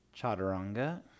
chaturanga